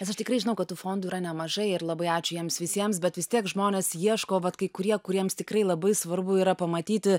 nes aš tikrai žinau kad tų fondų yra nemažai ir labai ačiū jiems visiems bet vis tiek žmonės ieško vat kai kurie kuriems tikrai labai svarbu yra pamatyti